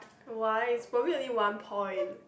why is probably one point